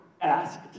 asked